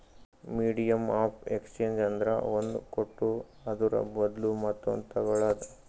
medium of exchange ಅಂದ್ರ ಒಂದ್ ಕೊಟ್ಟು ಅದುರ ಬದ್ಲು ಮತ್ತೊಂದು ತಗೋಳದ್